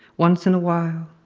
once in a while,